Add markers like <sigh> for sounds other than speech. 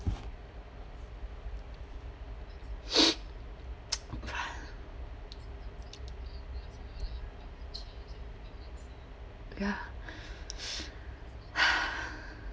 <breath> <noise> ya <breath>